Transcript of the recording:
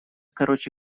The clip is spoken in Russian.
короче